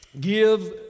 give